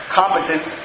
competent